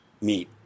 meet